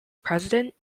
president